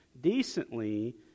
decently